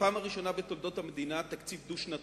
בפעם הראשונה בתולדות המדינה, תקציב דו-שנתי,